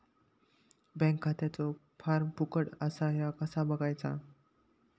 Bank खात्याचो form फुकट असा ह्या कसा बगायचा?